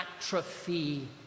atrophy